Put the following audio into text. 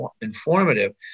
informative